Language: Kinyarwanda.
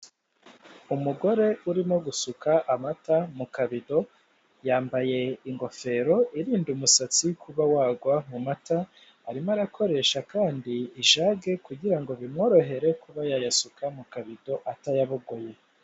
Umugore urimo gusuka amata mu kabido yambaye ingofero irinda umusatsi kuba wagwa mu mata, arimo arakoresha kandi ijage kugira bimworohere kuba yayasuka mu kabido atayabogoye.